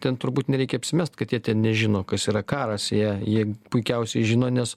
ten turbūt nereikia apsimest kad jie ten nežino kas yra karas jei jie puikiausiai žino nes